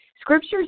Scriptures